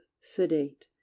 sedate